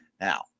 Now